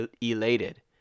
elated